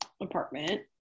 apartment